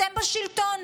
אתם בשלטון,